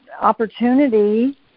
opportunity